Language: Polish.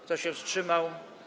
Kto się wstrzymał?